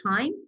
time